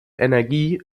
energie